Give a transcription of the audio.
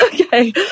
Okay